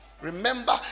Remember